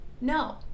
No